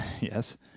yes